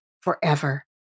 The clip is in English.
forever